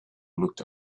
looked